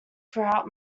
throughout